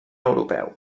europeu